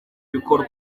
bikorwa